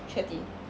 Sharetea